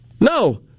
No